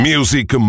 Music